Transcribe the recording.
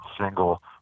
single